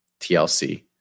TLC